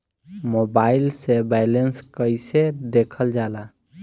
Mobile से balance कइसे देखल जाला?